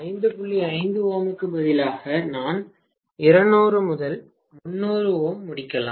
5 Ω க்கு பதிலாக நான் 200 300 Ω முடிக்கலாம்